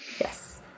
Yes